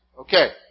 Okay